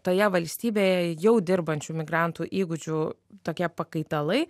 toje valstybėje jau dirbančių migrantų įgūdžių tokie pakaitalai